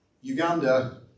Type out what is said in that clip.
Uganda